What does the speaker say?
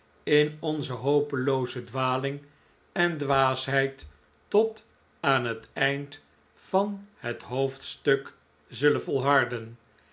in onze hopelooze dwaling en dwaasheid tot aan het eind van het hoofdstuk zullen volharden